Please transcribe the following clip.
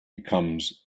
becomes